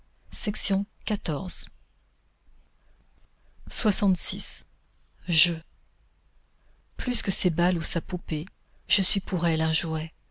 jeux plus que ses balles ou sa poupée je suis pour elle un jouet